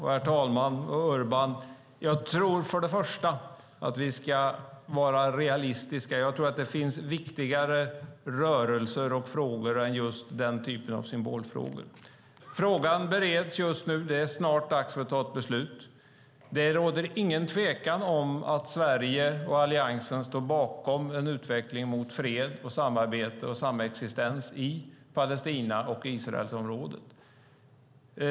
Herr talman! Jag tror att vi ska vara realistiska. Det finns viktigare rörelser och frågor än den här typen av symbolfrågor. Frågan bereds just nu. Det är snart dags att fatta ett beslut. Det råder ingen tvekan om att Sverige och Alliansen står bakom en utveckling mot fred, samarbete och samexistens i Palestina-Israel-området.